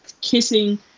kissing